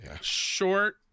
Short